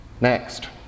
Next